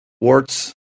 warts